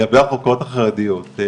לגבי החוקרות החרדיות.